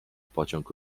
pociąg